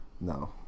No